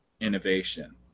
innovation